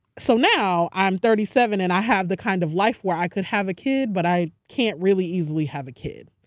so now, i'm thirty seven and i have the kind of life where i could have a kid but i can't really easily have a kid.